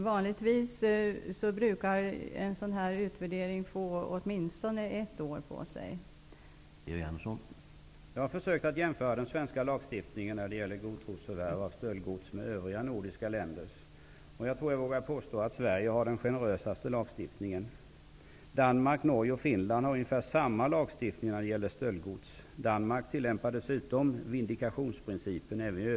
Vanligtvis brukar en sådan här utvärdering få ta i anspråk åtminstone ett år.